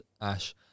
Ash